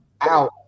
out